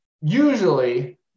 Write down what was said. usually